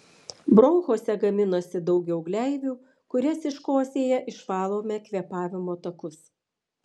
bronchuose gaminasi daugiau gleivių kurias iškosėję išvalome kvėpavimo takus